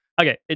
Okay